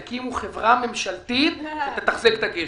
יקימו חברה ממשלתית שתתחזק את הגשר,